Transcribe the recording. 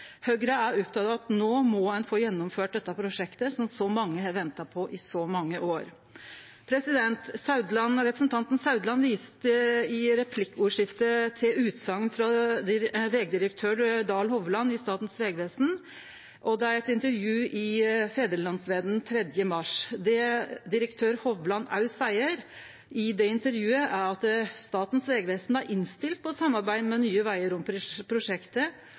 Høgre er oppteke av at no må ein få gjennomført dette prosjektet, som så mange har venta på i så mange år. Representanten Meininger Saudland viste i replikkordskiftet til utsegn frå vegdirektør Dahl Hovland i Statens vegvesen, og det er i eit intervju i Fædrelandsvennen 3. mars. Det direktør Dahl Hovland òg seier i det intervjuet, er at Statens vegvesen er innstilt på å samarbeide med Nye Vegar om prosjektet.